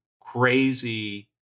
crazy